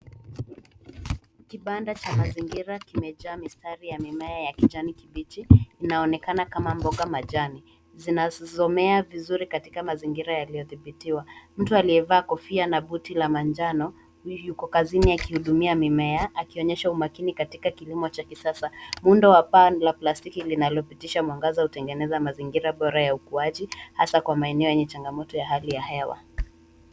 Kibanda cha mazingira kimejaa mistari ya mimea ya kijani kibichi, ina onekana kama mboga majani, zinazomea vizuri katika mazingira yaliofhibitiwa. Mtu alievaa kofia na buti ya manjano yuko kazini akihudumia mimea akionyesha umakini na mfumo cha kisasa. Muundo wa paa la plastiki linalo pitisha mwangaza hutengeneza mazingira bora ya ukwaji hasa kwa maeneo ya changamoto ya hewa.